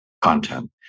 content